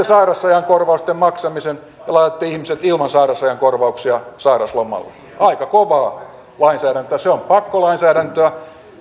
sairausajan korvausten maksamisen ja laitatte ihmiset ilman sairausajan korvauksia sairauslomalle aika kovaa lainsäädäntöä se on pakkolainsäädäntöä